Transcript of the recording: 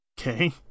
Okay